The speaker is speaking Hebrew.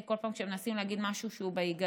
כי כל פעם שמנסים להגיד משהו שהוא בהיגיון,